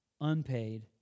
unpaid